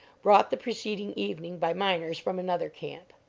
brought the preceding evening by miners from another camp.